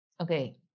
okay